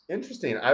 Interesting